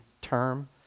term